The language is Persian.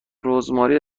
رزماری